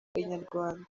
inyarwanda